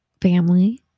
family